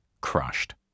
crushed